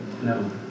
no